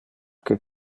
que